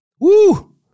Woo